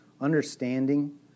understanding